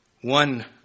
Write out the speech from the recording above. One